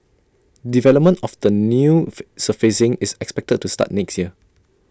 development of the new surfacing is expected to start next year